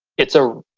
it's a.